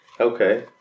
Okay